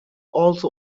also